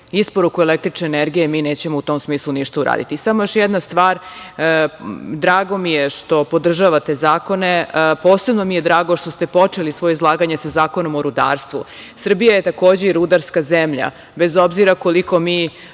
isporuku električne energije mi nećemo u tom smislu ništa uraditi. Samo još jedna stvar. Drago mi je što podržavate zakone. Posebno mi je drago što ste počeli svoje izlaganje sa Zakonom o rudarstvu. Srbija je takođe i rudarska zemlja, bez obzira koliko mi